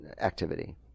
activity